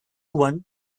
one